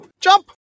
jump